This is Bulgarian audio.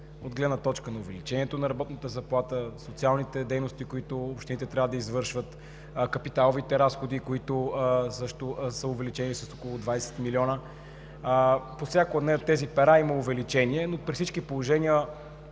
от гледна точка на увеличението на работната заплата, социалните дейности, които общините трябва да извършват, капиталовите разходи, които също са увеличени с около 20 млн. лв. По всяко едно от тези пера има увеличение, но при всички положения